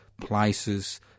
places